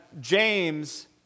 James